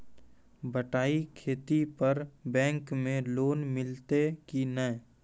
बटाई खेती पर बैंक मे लोन मिलतै कि नैय?